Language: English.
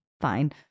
fine